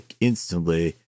instantly